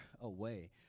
away